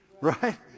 Right